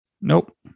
Nope